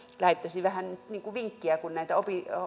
lähettäisin vähän niin kuin vinkkiä kun näitä